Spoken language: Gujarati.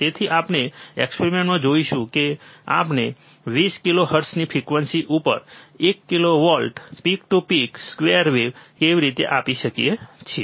તેથી આપણે એક્સપેરિમેન્ટમાં જોઈશું કે આપણે 25 કિલોહર્ટ્ઝની ફ્રીક્વન્સી ઉપર એક volt peak to peak square wave ઉપર કેવી રીતે આપી શકીએ છીએ